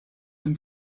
dem